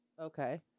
Okay